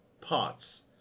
parts